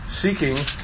seeking